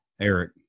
eric